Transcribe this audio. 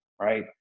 right